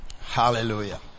Hallelujah